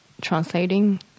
translating